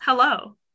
hello